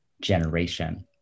generation